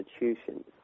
institutions